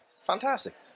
Fantastic